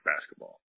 basketball